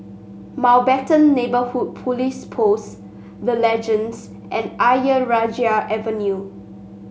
Mountbatten Neighbourhood Police Post The Legends and Ayer Rajah Avenue